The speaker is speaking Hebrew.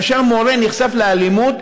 כאשר מורה נחשף לאלימות,